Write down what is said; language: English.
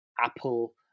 Apple